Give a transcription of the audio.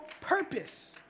purpose